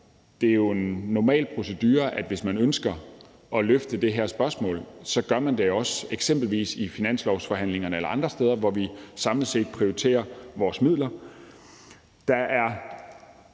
det jo er en normal procedure, at hvis man ønsker at løfte det her spørgsmål, gør man det også eksempelvis i finanslovsforhandlingerne eller andre steder, hvor vi samlet set prioriterer vores midler.